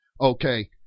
Okay